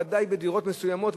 ודאי בדירות מסוימות,